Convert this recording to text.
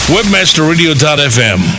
WebmasterRadio.fm